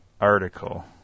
article